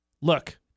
Look